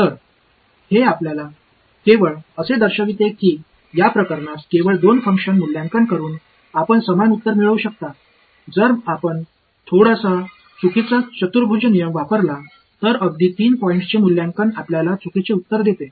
तर हे आपल्याला केवळ असे दर्शविते की या प्रकरणात केवळ 2 फंक्शन मूल्यांकन करून आपण समान उत्तर मिळवू शकता जर आपण थोडासा चुकीचा चतुर्भुज नियम वापरला तर अगदी 3 पॉईंटचे मूल्यांकन आपल्याला चुकीचे उत्तर देते